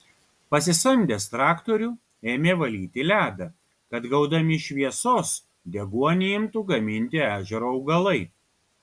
pasisamdęs traktorių ėmė valyti ledą kad gaudami šviesos deguonį imtų gaminti ežero augalai